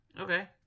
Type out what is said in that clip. Okay